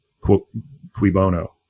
Quibono